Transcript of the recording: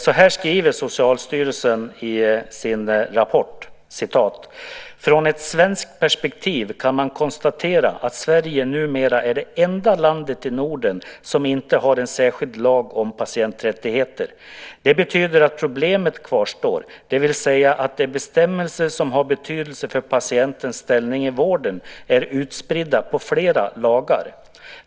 Så här skriver Socialstyrelsen i sin rapport: Från ett svenskt perspektiv kan man konstatera att Sverige numera är det enda landet i Norden som inte har en särskild lag om patienträttigheter. Det betyder att problemet kvarstår, det vill säga att de bestämmelser som har betydelse för patientens ställning i vården är utspridda på flera lagar.